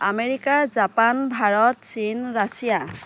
America Japan Bharat চীন Russia